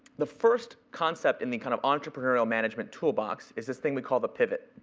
the first concept in the kind of entrepreneurial management toolbox is this thing we call the pivot.